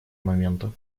момента